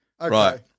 Right